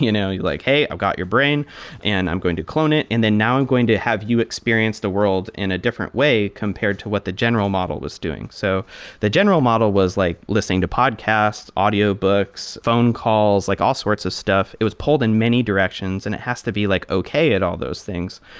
you know like, hey, i've got your brain and i'm going to clone it, and then now i'm going to have you experience the world in a different way compared to what the general model was doing. so the general model was like listening to podcasts, audiobooks, phone calls, like all sorts of stuff. it was pulled in many directions and it has to be like okay at all those things.